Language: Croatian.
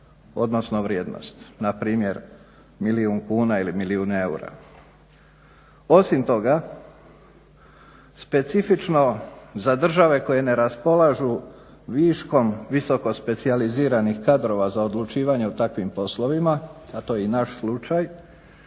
odnosno vrijednost, npr. milijun kuna ili milijun eura. Osim toga, specifično za države koje ne raspolažu viškom visoko specijaliziranih kadrova za odlučivanje o takvim poslovima, a to je i naš slučaj